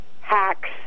hacks